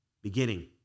beginning